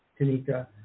Tanika